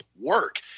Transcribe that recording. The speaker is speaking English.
work